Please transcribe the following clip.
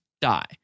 die